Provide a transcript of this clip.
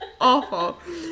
Awful